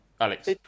Alex